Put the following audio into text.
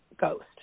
ghost